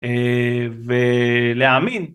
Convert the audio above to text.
ולהאמין.